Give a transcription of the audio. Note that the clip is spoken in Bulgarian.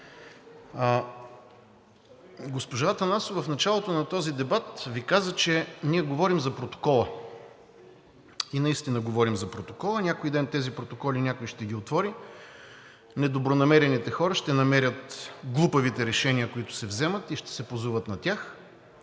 Госпожа Атанасова в началото на този дебат Ви каза, че ние говорим за протокола и наистина говорим за протокола. Някой ден тези протоколи някой ще ги отвори – недобронамерените хора ще намерят глупавите решения, които се вземат, и ще се позоват на тях,